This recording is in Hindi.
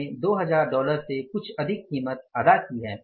हमने 2000 डॉलर से कुछ अधिक कीमत अदा की है